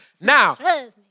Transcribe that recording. Now